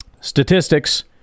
Statistics